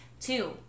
Two